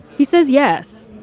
he says yes.